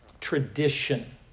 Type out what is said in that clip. tradition